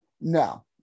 No